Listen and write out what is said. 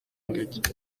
ingagi